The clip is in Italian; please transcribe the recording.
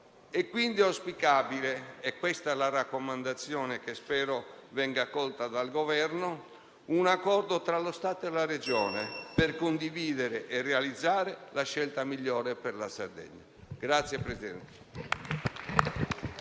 È quindi auspicabile - è questa la raccomandazione che spero venga accolta dal Governo - un accordo tra lo Stato e la Regione per condividere e realizzare la scelta migliore per la Sardegna. (*Applausi*).